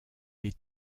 les